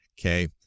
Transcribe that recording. okay